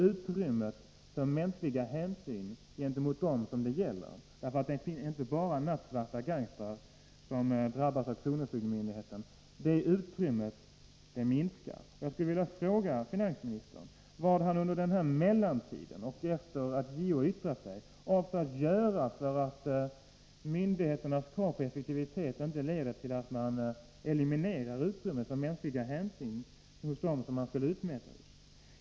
Utrymmet minskar för mänskliga hänsyn gentemot dem som det gäller, för det är inte'bara nattsvarta gangstrar som drabbas av kronofogdemyndigheten. : Jag skulle vilja fråga finansministern vad han under mellantiden och efter det att JO har yttrat sig avser att göra för att myndigheternas krav på effektivitet inte skall leda till att man eliminerar utrymmet för mänskliga hänsyn mot dem som man skall utmäta hos.